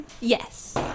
Yes